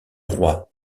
roi